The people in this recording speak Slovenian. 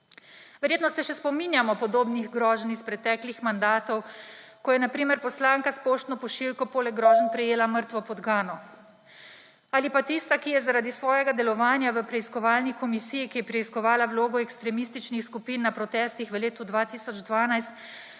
Verjetno se še spominjamo podobnih groženj iz preteklih mandatov, ko je na primer poslanka s poštno pošiljko poleg groženj prejela mrtvo podgano. Ali pa tista, ki je zaradi svojega delovanja v preiskovalni komisiji, ki je preiskovala vlogo ekstremističnih skupin na protestih v letu 2012,